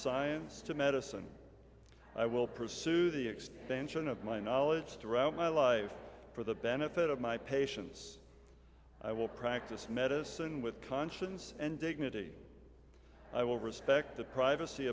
science to medicine i will pursue the extension of my knowledge throughout my life for the benefit of my patients i will practice medicine with conscience and dignity i will respect the privacy